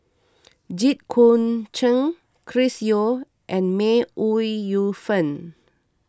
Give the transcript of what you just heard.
Jit Koon Ch'ng Chris Yeo and May Ooi Yu Fen